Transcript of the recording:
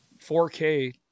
4K